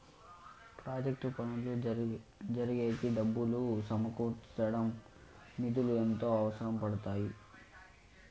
project పనులు జరిగేకి డబ్బులు సమకూర్చడం నిధులు ఎంతగానో అవసరం అవుతాయి